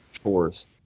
chores